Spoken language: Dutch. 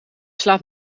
slaap